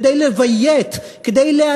כדי לביית,